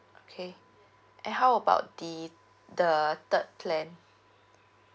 okay and how about the the third plan